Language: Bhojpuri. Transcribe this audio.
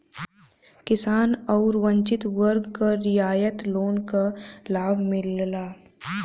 किसान आउर वंचित वर्ग क रियायत लोन क लाभ मिलला